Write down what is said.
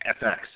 FX